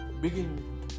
begin